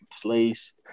place